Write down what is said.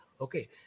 okay